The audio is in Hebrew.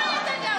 אביר קארה.